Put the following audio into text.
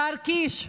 השר קיש,